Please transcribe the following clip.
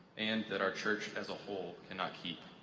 and that our church as a whole cannot keep.